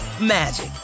magic